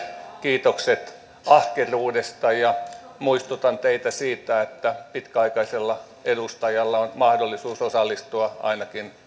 kiitokset ahkeruudesta ja muistutan teitä siitä että pitkäaikaisella edustajalla on mahdollisuus osallistua ainakin